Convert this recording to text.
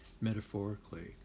metaphorically